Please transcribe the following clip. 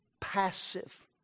passive